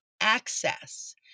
access